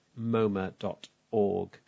MoMA.org